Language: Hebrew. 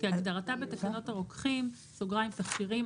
כהגדרתה בתקנות הרוקחים (תכשירים),